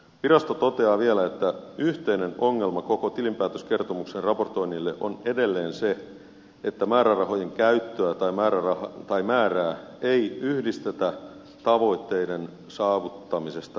virasto toteaa vielä että yhteinen ongelma koko tilinpäätöskertomuksen raportoinnille on edelleen se että määrärahojen käyttöä tai määrää ei yhdistetä tavoitteiden saavuttamisesta raportointiin